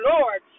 Lord